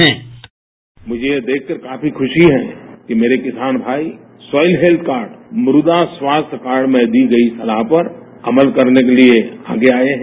sound bite मुझे यह देखकर काफी खुशी है कि मेरे किसान भाई स्वायल हेल्प कार्ड मृदा स्वास्थ्य कार्ड में दी गई सलाह पर अमल करने के लिए आगे आए हैं